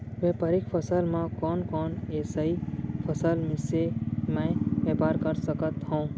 व्यापारिक फसल म कोन कोन एसई फसल से मैं व्यापार कर सकत हो?